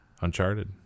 uncharted